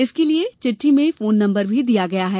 इसके लिये चिटठी में फोन नम्बर भी दिया गया है